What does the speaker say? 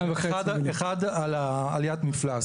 אחת על עליית המפלס